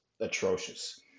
atrocious